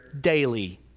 daily